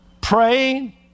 Praying